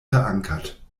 verankert